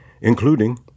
including